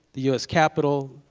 the u s. capitol,